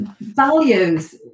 values